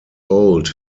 old